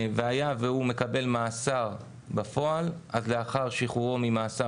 אם הוא מקבל מאסר בפועל אז לאחר שחרורו ממאסר